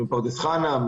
מפרדס חנה,